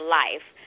life